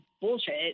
bullshit